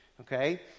okay